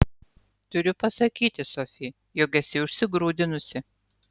turiu pasakyti sofi jog esi užsigrūdinusi